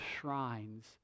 shrines